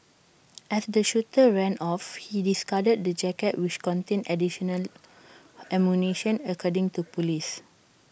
as the shooter ran off he discarded the jacket which contained additional ammunition according to Police